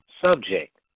subject